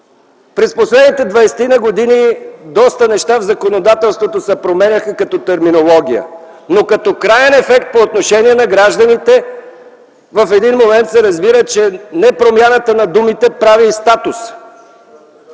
През последните 20 години доста неща в законодателството се промениха като терминология, но като краен ефект по отношение на гражданите в един момент се разбира, че не промяната на думите прави и статуса.